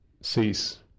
cease